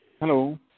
Hello